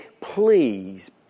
please